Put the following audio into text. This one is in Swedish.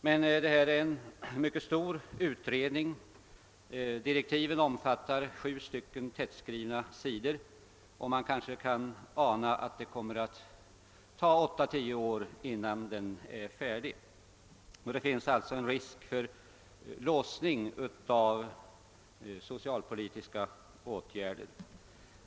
Men det är en mycket stor utredning. Direktiven omfattar sju tätskrivna sidor, och det kan dröja åtta—tio år innan den är färdig. Det finns alltså härigenom en risk för en låsning av socialpolitiska åtgärder under lång tid.